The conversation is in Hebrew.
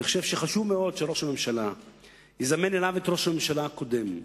אני חושב שחשוב מאוד שראש הממשלה יזמן אליו את ראש הממשלה הקודם,